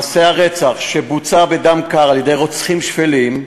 מעשי הרצח שבוצעו בדם קר על-ידי רוצחים שפלים,